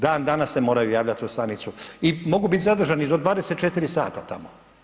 Dan danas se moraju javljati u stanicu i mogu biti zadržani do 24 sata tamo.